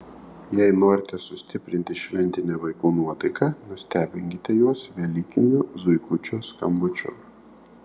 jei norite sustiprinti šventinę vaikų nuotaiką nustebinkite juos velykinio zuikučio skambučiu